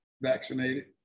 vaccinated